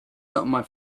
something